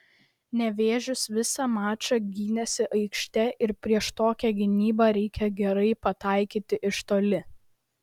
nevėžis visą mačą gynėsi aikšte ir prieš tokią gynybą reikia gerai pataikyti iš toli